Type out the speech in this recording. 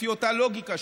לפי אותה לוגיקה,